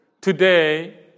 Today